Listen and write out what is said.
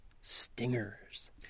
stingers